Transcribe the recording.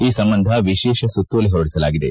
ಈ ಸಂಬಂಧ ವಿಶೇಷ ಸುತ್ತೋಲೆ ಹೊರಡಿಸಲಾಗಿದೆ